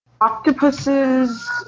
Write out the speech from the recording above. Octopuses